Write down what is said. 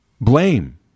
blame